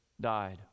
died